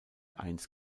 eins